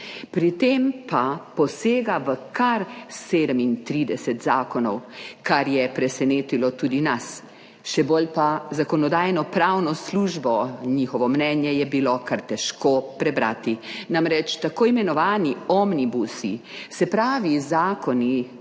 Pri tem pa posega v kar 37 zakonov, kar je presenetilo tudi nas, še bolj pa Zakonodajno-pravno službo, njihovo mnenje je bilo kar težko prebrati. Namreč tako imenovani omnibusi, se pravi zakoni